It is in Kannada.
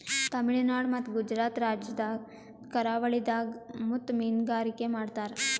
ತಮಿಳುನಾಡ್ ಮತ್ತ್ ಗುಜರಾತ್ ರಾಜ್ಯದ್ ಕರಾವಳಿದಾಗ್ ಮುತ್ತ್ ಮೀನ್ಗಾರಿಕೆ ಮಾಡ್ತರ್